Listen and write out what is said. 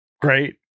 Great